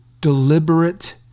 deliberate